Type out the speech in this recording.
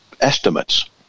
estimates